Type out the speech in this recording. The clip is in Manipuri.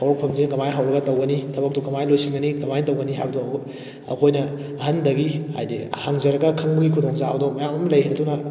ꯍꯧꯔꯛꯐꯝꯁꯤ ꯀꯃꯥꯏꯅ ꯍꯧꯔꯒ ꯇꯧꯒꯅꯤ ꯊꯕꯛꯇꯨ ꯀꯃꯥꯏꯅ ꯂꯣꯏꯁꯤꯟꯒꯅꯤ ꯀꯃꯥꯏꯅ ꯇꯧꯒꯅꯤ ꯍꯥꯏꯕꯗꯣ ꯑꯃꯨꯛ ꯑꯩꯈꯣꯏꯅ ꯑꯍꯟꯗꯒꯤ ꯍꯥꯏꯗꯤ ꯍꯪꯖꯔꯒ ꯈꯪꯕꯒꯤ ꯈꯨꯗꯣꯡ ꯆꯥꯕꯗꯣ ꯃꯌꯥꯝ ꯑꯃ ꯂꯩ ꯑꯗꯨꯅ